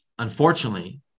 Unfortunately